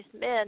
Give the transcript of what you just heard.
men